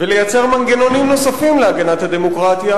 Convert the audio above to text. ולייצר מנגנונים נוספים להגנת הדמוקרטיה,